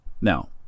Now